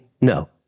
no